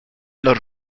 los